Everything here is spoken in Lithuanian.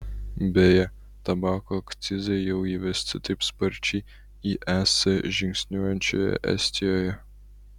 beje tabako akcizai jau įvesti taip sparčiai į es žingsniuojančioje estijoje